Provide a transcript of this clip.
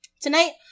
Tonight